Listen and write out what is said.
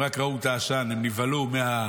הם רק ראו את העשן ונבהלו מהסיטואציה,